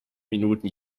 minuten